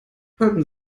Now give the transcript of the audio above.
halten